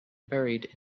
buried